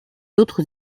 autres